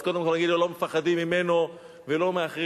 אז קודם כול נגיד לו: לא מפחדים ממנו, ולא מאחרים.